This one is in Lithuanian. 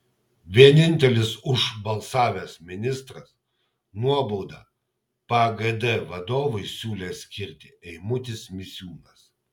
vienintelis už balsavęs ministras nuobaudą pagd vadovui siūlęs skirti eimutis misiūnas